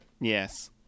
Yes